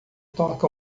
toca